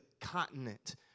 continent